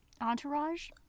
Entourage